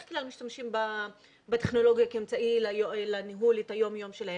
כלל משתמשים בטכנולוגיה כאמצעי לניהול היום-יום שלהם,